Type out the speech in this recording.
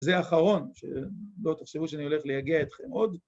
זה האחרון, שלא תחשבו שאני הולך לייגע אתכם עוד.